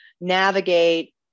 navigate